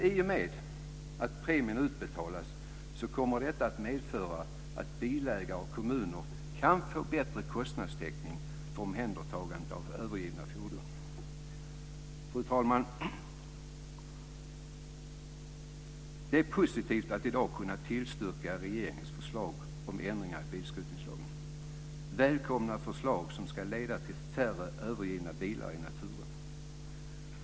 I och med att premien utbetalas kommer detta att medföra att bilägare och kommuner kan få bättre kostnadstäckning för omhändertagande av övergivna fordon. Fru talman! Det är positivt att i dag kunna tillstyrka regeringens förslag om ändringar i bilskrotningslagen, välkomna förslag som ska leda till färre övergivna bilar i naturen.